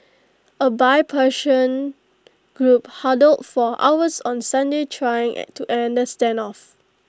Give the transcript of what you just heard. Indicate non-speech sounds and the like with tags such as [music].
A bipartisan group huddled for hours on Sunday trying [hesitation] to end the standoff